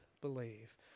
believe